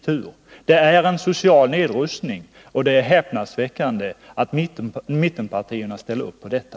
Det är alltså fråga om en social nedrustning, och dét är häpnadsväckande att mittenpartierna ställer upp bakom denna.